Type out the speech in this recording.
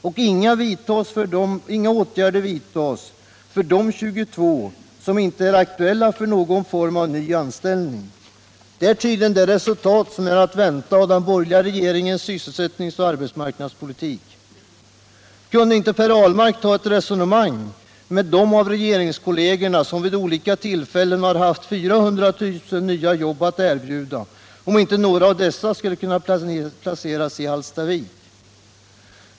Och inga åtgärder vidtas för de 22 som inte är aktuella för någon form av ny anställning. Detta är tydligen det resultat som är att vänta av den borgerliga regeringens sysselsättningsoch arbetsmarknadspolitik. Kunde inte Per Ahlmark ta ett resonemang med de av regeringskollegerna som vid olika tillfällen har haft 400 000 nya jobb att erbjuda och undersöka om inte några av dessa skulle kunna placeras i Hallstavik?